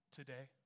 today